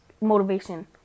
motivation